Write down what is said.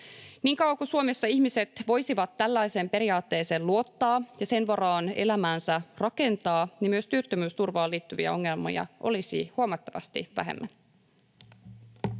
Niin kauan kuin Suomessa ihmiset voisivat tällaiseen periaatteeseen luottaa ja sen varaan elämäänsä rakentaa, niin myös työttömyysturvaan liittyviä ongelmia olisi huomattavasti vähemmän.